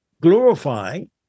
glorifying